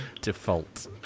default